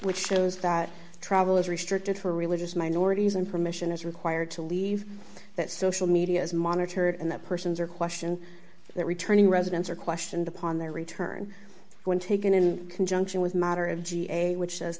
which shows that travel is restricted for religious minorities and permission is required to leave that social media is monitored and the persons or question that returning residents are questioned upon their return when taken in conjunction with matter of ga which says